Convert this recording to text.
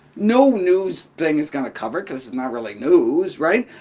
no news thing is going to cover it because it's not really news, right?